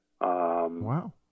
Wow